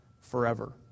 forever